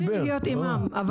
אימאן ח'טיב יאסין (רע"מ,